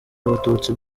abatutsi